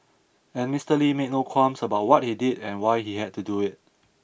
and Mister Lee made no qualms about what he did and why he had to do it